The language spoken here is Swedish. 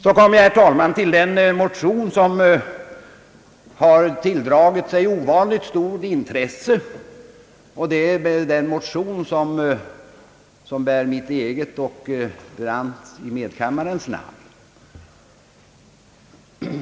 Så kommer jag, herr talman, till den motion som tilldragit sig ovanligt stort intresse, alltså den som bär mitt eget och herr Brandts i medkammaren namn.